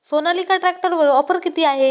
सोनालिका ट्रॅक्टरवर ऑफर किती आहे?